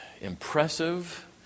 impressive